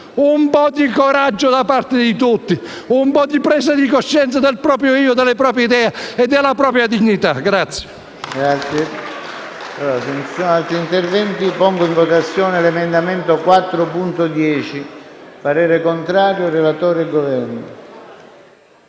un po' di coraggio da parte di tutti, un po' di presa di coscienza del proprio io, delle proprie idee e della propria dignità.